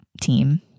team